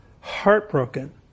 Heartbroken